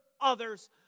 others